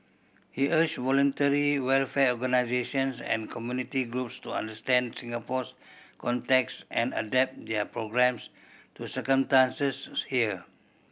he urged voluntary welfare organisations and community groups to understand Singapore's context and adapt their programmes to circumstances here